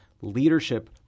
leadership